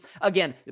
Again